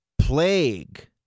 plague